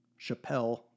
Chappelle